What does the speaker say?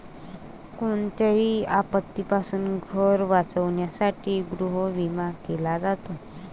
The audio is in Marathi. कोणत्याही आपत्तीपासून घर वाचवण्यासाठी गृहविमा केला जातो